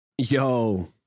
Yo